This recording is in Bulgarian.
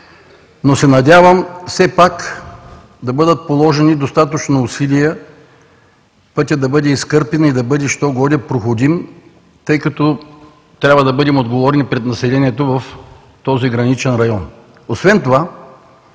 но се надявам все пак да бъдат положени достатъчно усилия пътят да бъде изкърпен и да бъде що-годе проходим, тъй като трябва да бъдем отговорни пред населението в този граничен район.